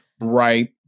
right